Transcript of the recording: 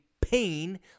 pain